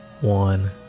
one